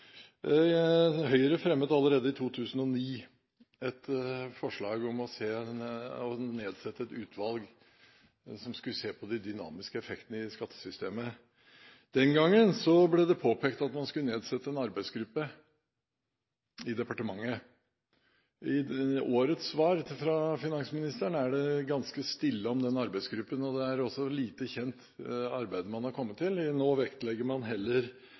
Høyre fremmet allerede i 2009 et forslag om å nedsette et utvalg som skulle se på de dynamiske effektene i skattesystemet. Den gangen ble det påpekt at man skulle nedsette en arbeidsgruppe i departementet. I årets svar fra finansministeren er det ganske stille rundt den arbeidsgruppen, og arbeidet man har kommet til, er også lite kjent. Nå vektlegger man